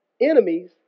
enemies